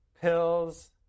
pills